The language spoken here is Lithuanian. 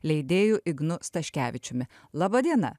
leidėju ignu staškevičiumi laba diena